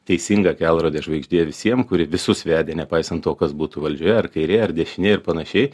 teisinga kelrodė žvaigždė visiem kuri visus vedė nepaisant to kas būtų valdžioje ar kairė ar dešinė ir panašiai